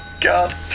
god